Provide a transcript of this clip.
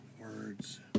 words